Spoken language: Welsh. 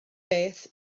beth